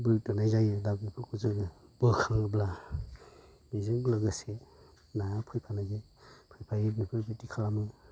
बोगदोनाय जायो दा बेफोरखौ जोङो बोखाङोब्ला बेजों लोगोसे नाया फैफानायजों फैफायो बेफाेर बादि खालामो